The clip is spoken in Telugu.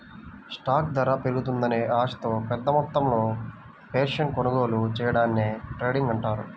స్టాక్ ధర పెరుగుతుందనే ఆశతో పెద్దమొత్తంలో షేర్లను కొనుగోలు చెయ్యడాన్ని డే ట్రేడింగ్ అంటారు